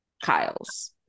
Kyle's